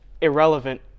irrelevant